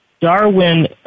Darwin